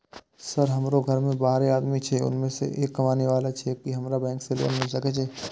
Sir हमरो घर में बारह आदमी छे उसमें एक कमाने वाला छे की हमरा बैंक से लोन मिल सके छे?